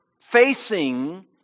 facing